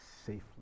safely